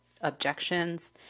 objections